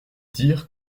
dire